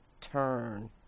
turn